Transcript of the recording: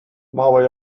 małe